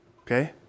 Okay